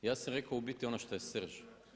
Ja sam rekao u biti ono što je srž.